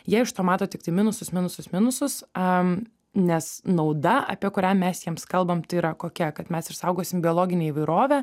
jie iš to mato tiktai minusus minusus minusus a nes nauda apie kurią mes jiems kalbam tai yra kokia kad mes išsaugosim biologinę įvairovę